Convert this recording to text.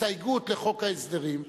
בהסתייגות לחוק ההסדרים,